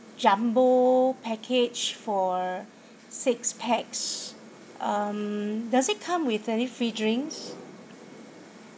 jumbo package for six pax um does it come with any free drinks